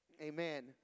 Amen